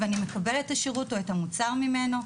ואני מקבל את השרות או את המוצר ממנו.